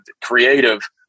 creative